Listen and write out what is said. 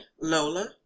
Lola